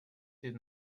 did